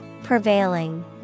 Prevailing